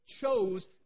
chose